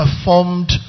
performed